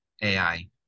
ai